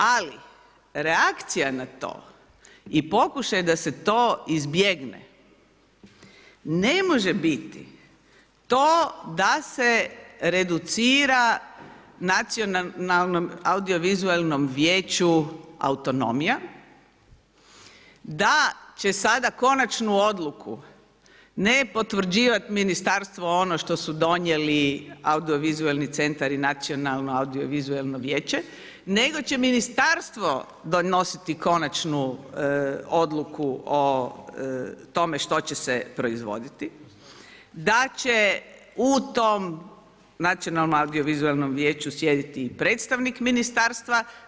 Ali, reakcija na to i pokušaj da se to izbjegne ne može biti to da se reducira nacionalnom audio-vizualnom vijeću autonomija, da će sada konačnu odluku ne potvrđivati Ministarstvo ono što su donijeli audio-vizualni centar i nacionalno audio-vizualno vijeće, nego će Ministarstvo donositi konačnu odluku o tome što će se proizvoditi, da će u tom nacionalnom audio-vizualnom vijeću sjediti i predstavnik Ministarstva.